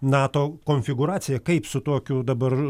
nato konfigūraciją kaip su tokiu dabar